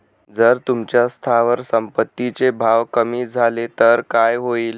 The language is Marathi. जर तुमच्या स्थावर संपत्ती चे भाव कमी झाले तर काय होईल?